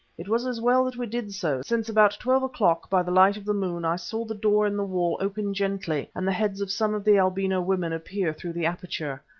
it was as well that we did so, since about twelve o'clock by the light of the moon i saw the door in the wall open gently and the heads of some of the albino women appear through the aperture.